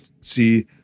see